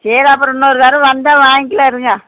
சரி அப்புறோம் இன்னொரு தடவை வந்தா வாங்கிகலாம் இருங்க